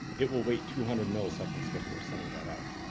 it will wait two hundred milliseconds before sending that out.